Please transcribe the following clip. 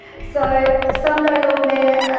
so sunday lord mayor